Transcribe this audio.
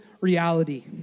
reality